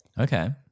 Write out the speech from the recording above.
Okay